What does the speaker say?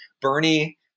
Bernie